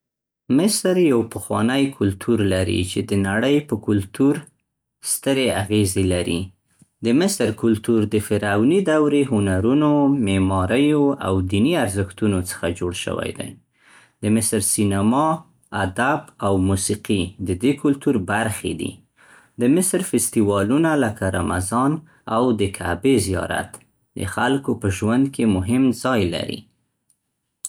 مصر یو پخوانی کلتور لري چې د نړۍ په کلتور سترې اغیزې لري. د مصر کلتور د فرعوني دورې هنرونو، معماریو او دیني ارزښتونو څخه جوړ شوی دی. د مصر سینما، ادب او موسیقي د دې کلتور برخې دي. د مصر فستیوالونه لکه رمضان او د کعبې زیارت د خلکو په ژوند کې مهم ځای لري.